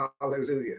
Hallelujah